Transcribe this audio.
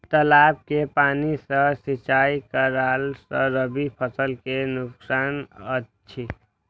तालाब के पानी सँ सिंचाई करला स रबि फसल के नुकसान अछि?